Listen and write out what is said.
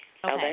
Okay